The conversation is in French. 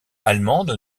allemande